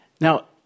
Now